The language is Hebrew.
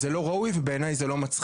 זה לא ראוי ובעיניי זה לא מצחיק.